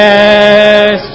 Yes